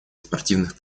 спортивных